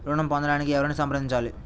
ఋణం పొందటానికి ఎవరిని సంప్రదించాలి?